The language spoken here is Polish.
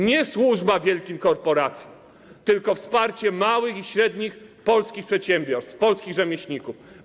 Nie służba wielkim korporacjom, tylko wsparcie małych i średnich polskich przedsiębiorstw, polskich rzemieślników.